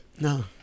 No